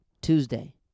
Tuesday